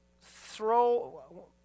throw